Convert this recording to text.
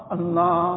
Allah